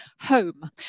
home